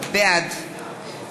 בעד